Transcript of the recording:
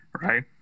Right